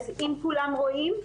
אז האם כולם רואים?